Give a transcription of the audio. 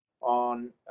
on